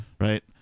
Right